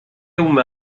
uma